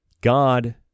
God